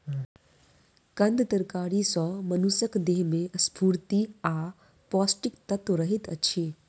कंद तरकारी सॅ मनुषक देह में स्फूर्ति आ पौष्टिक तत्व रहैत अछि